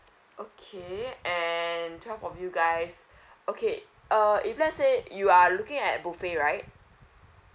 okay and twelve of you guys okay uh if let's say you are looking at buffet right